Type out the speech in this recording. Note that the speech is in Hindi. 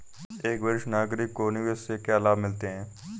एक वरिष्ठ नागरिक को निवेश से क्या लाभ मिलते हैं?